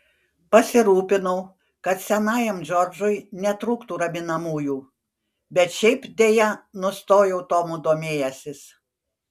pasirūpinau kad senajam džordžui netrūktų raminamųjų bet šiaip deja nustojau tomu domėjęsis